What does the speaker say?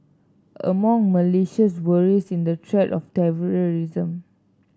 among Malaysia's worries in the threat of terrorism